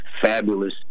fabulous